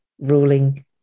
ruling